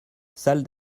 salle